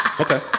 Okay